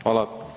Hvala.